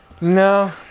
No